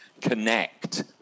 connect